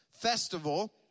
festival